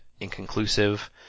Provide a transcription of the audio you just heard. inconclusive